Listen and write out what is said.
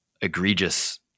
egregious